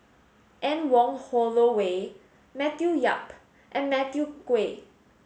Anne Wong Holloway Matthew Yap and Matthew Ngui